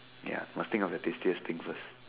ya must think of the tastiest thing first